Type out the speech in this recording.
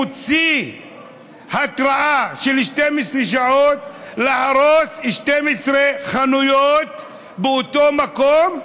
מוציא התראה של 12 שעות להרוס 12 חנויות באותו מקום,